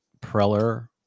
Preller